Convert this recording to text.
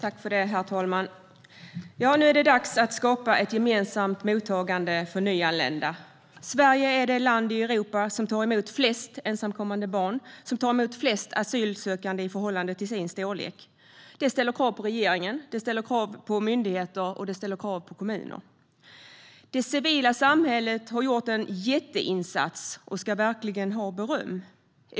Herr talman! Nu är det dags att skapa ett gemensamt mottagande för nyanlända. Sverige är det land i Europa som tar emot flest ensamkommande barn och asylsökande i förhållande till sin storlek. Det ställer krav på regeringen, myndigheter och kommuner. Det civila samhället har gjort en jätteinsats och ska verkligen ha beröm.